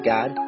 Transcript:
God